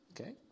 Okay